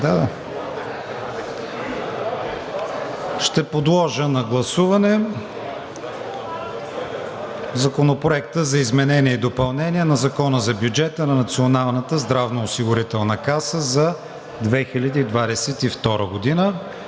Ще подложа на гласуване Законопроекта за изменение и допълнение за бюджета на Националната здравноосигурителна каса за 2022 г.